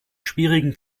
schwierigen